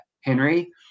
Henry